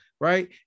right